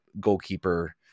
goalkeeper